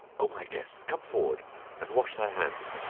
o my guest come forward and wash thy hands.